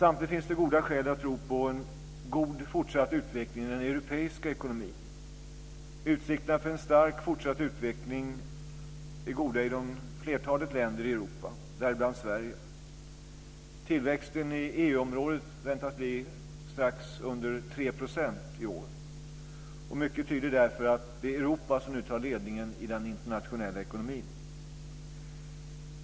Samtidigt finns det goda skäl att tro på en god fortsatt utveckling i den europeiska ekonomin. Utsikterna för en stark fortsatt utveckling är goda i flertalet länder i Europa, däribland Sverige. Tillväxten i EU-området väntas bli strax under 3 % i år. Mycket tyder därför på att det är Europa som nu tar ledningen i den internationella ekonomin.